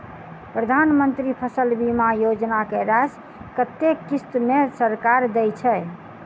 प्रधानमंत्री फसल बीमा योजना की राशि कत्ते किस्त मे सरकार देय छै?